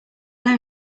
know